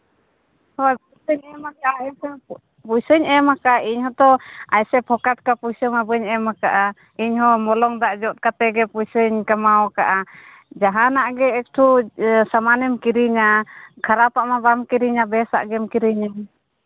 ᱦᱳᱭ ᱯᱚᱭᱥᱟᱧ ᱮᱢ ᱟᱫᱮᱭᱟ ᱮᱢ ᱯᱚᱭᱥᱟᱧ ᱮᱢ ᱠᱟᱜ ᱤᱧ ᱦᱚᱸᱛᱚ ᱟᱭᱥᱮ ᱯᱷᱚᱠᱟᱴ ᱢᱟ ᱯᱚᱭᱥᱟ ᱢᱟ ᱵᱟᱹᱧ ᱮᱢ ᱠᱟᱜᱼᱟ ᱤᱧᱦᱚᱸ ᱢᱚᱞᱚᱝ ᱫᱟᱜ ᱡᱚᱜ ᱠᱟᱛᱮ ᱜᱮ ᱯᱚᱭᱥᱟᱧ ᱠᱟᱢᱟᱣ ᱠᱟᱜᱼᱟ ᱡᱟᱦᱟᱱᱟᱜ ᱜᱮ ᱮᱠᱴᱩ ᱥᱟᱢᱟᱱ ᱮᱢ ᱠᱤᱨᱤᱧᱟ ᱠᱷᱟᱨᱟᱯᱟᱜ ᱢᱟ ᱵᱟᱢ ᱠᱤᱨᱤᱧᱟ ᱵᱮᱥᱟᱜ ᱜᱮᱢ ᱠᱤᱨᱤᱧᱟ